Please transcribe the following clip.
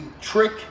trick